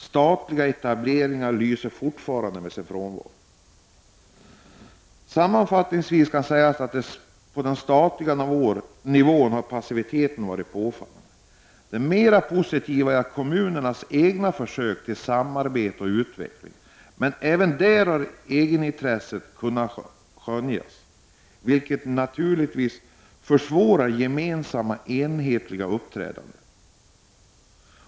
Statliga etableringar lyser fortfarande med sin frånvaro. Sammanfattningsvis kan sägas att passiviteten på statlig nivå har varit påfallande. Det mera positiva är kommunernas egna försök till samarbete och utveckling, men även där har egenintresset kunnat skönjas, vilket naturligtvis försvårar gemensamt och enhetligt uppträdande.